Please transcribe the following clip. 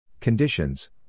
Conditions